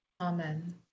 Amen